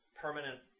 Permanent